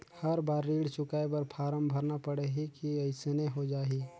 हर बार ऋण चुकाय बर फारम भरना पड़ही की अइसने हो जहीं?